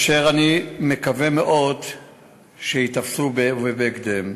ואני מקווה מאוד שהם ייתפסו בהקדם.